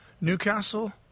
Newcastle